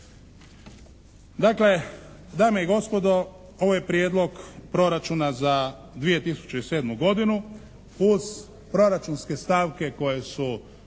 Dakle dame i gospodo, ovo je Prijedlog proračuna za 2007. godinu. Uz proračunske stavke koje su